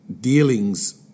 dealings